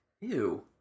Ew